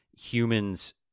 humans